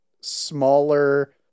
smaller